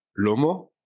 Lomo